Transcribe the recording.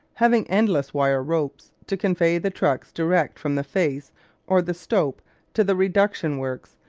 having endless wire ropes to convey the trucks direct from the face or the stope to the reduction works,